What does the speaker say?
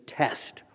test